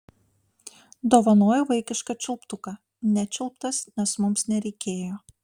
dovanoju vaikišką čiulptuką nečiulptas nes mums nereikėjo